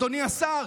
אדוני השר,